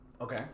Okay